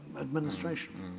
administration